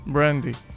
Brandy